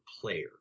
player